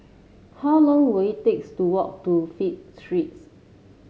how long will it takes to walk to Flint Street